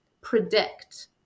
Predict